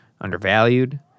undervalued